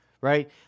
right